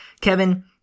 Kevin